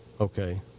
Okay